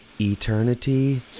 eternity